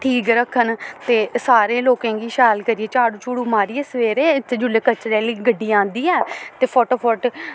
ठीक रक्खन ते सारें लोकें गी शैल करियै झाड़ू झाड़ू मारियै सवेरे इत्थै जुल्लै कचरे आह्ली गड्डी आंदी ऐ ते फटोफट